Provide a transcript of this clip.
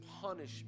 punishment